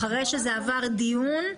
אחרי שזה עבר דיון,